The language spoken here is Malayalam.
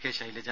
കെ ശൈലജ